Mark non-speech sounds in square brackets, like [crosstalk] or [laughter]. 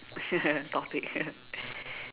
[laughs] topic